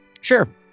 Sure